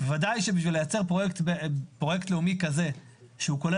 ודאי שבשביל לייצר פרויקט לאומי כזה שכולל